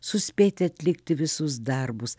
suspėti atlikti visus darbus